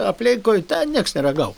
aplinkui ten nieks neregavo